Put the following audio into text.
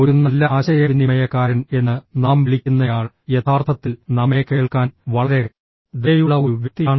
ഒരു നല്ല ആശയവിനിമയക്കാരൻ എന്ന് നാം വിളിക്കുന്നയാൾ യഥാർത്ഥത്തിൽ നമ്മെ കേൾക്കാൻ വളരെ ദയയുള്ള ഒരു വ്യക്തിയാണ്